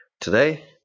Today